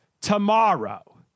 tomorrow